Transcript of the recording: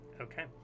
Okay